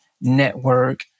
network